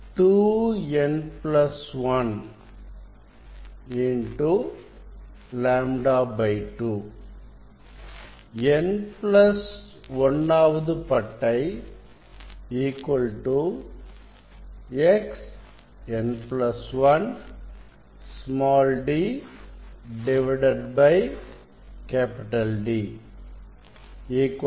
n1 ஆவது பட்டை Xn1 d D 2n3 λ2